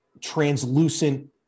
translucent